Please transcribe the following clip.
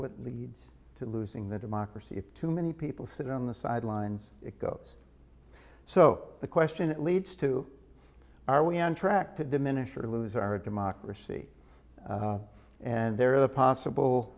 what leads to losing the democracy if too many people sit on the sidelines it goes so the question it leads to are we on track to diminish or to lose our democracy and there are the possible